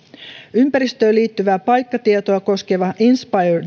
ympäristöön liittyvää paikkatietoa koskeva inspire